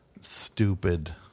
stupid